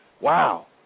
wow